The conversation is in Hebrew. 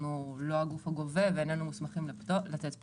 אנחנו לא הגוף הגובה ואין לנו סמכות לתת פטור.